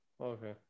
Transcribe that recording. Okay